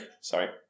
Sorry